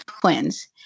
twins